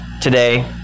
today